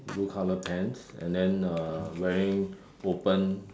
blue colour pants and then uh wearing open